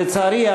לצערי,